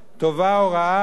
טובה או רעה,